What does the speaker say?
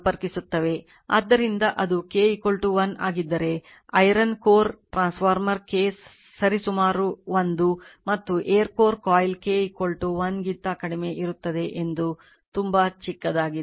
ಆದ್ದರಿಂದ ಅದು K 1 ಆಗಿದ್ದರೆ ಐರನ್ ಕೋರ್ ಟ್ರಾನ್ಸ್ಫಾರ್ಮರ್ K ಸರಿಸುಮಾರು 1 ಮತ್ತು ಏರ್ ಕೋರ್ ಕಾಯಿಲ್ K 1 ಗಿಂತ ಕಡಿಮೆ ಇರುತ್ತದೆ ಅದು ತುಂಬಾ ಚಿಕ್ಕದಾಗಿದೆ